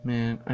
Man